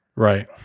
Right